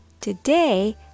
Today